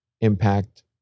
impact